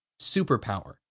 Superpower